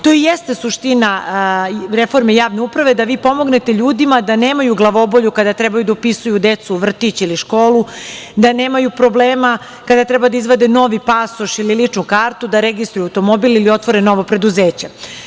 To i jeste suština reforme javne uprave, da vi pomognete ljudima da nemaju glavobolju kada treba da upisuju decu u vrtić ili školu, da nemaju problema kada treba da izvade novi pasoš ili ličnu kartu, da registruju automobil ili otvore novo preduzeće.